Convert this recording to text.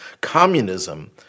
Communism